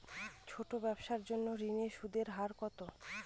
ছোট ব্যবসার জন্য ঋণের সুদের হার কত?